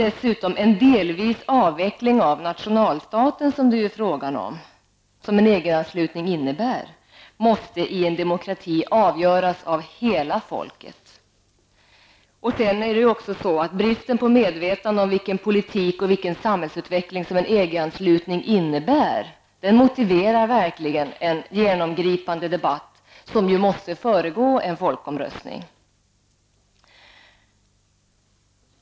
En delvis avveckling av nationalstaten, som EG-anslutningen innebär, måste i en demokrati avgöras av hela folket. Bristen på medvetande om vilken politik och vilken samhällsutveckling en EG-anslutning innebär motiverar verkligen en genomgripande debatt, som måste föregå en folkomröstning.